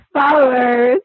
followers